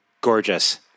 gorgeous